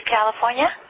California